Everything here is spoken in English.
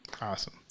Awesome